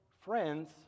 friends